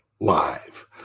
live